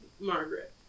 Margaret